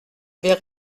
vais